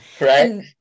right